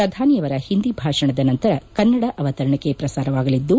ಪ್ರಧಾನಿ ಅವರ ಹಿಂದಿ ಭಾಷಣದ ನಂತರ ಕನ್ನಡ ಅವತರಣಿಕೆ ಪ್ರಸಾರವಾಗಲಿದ್ದು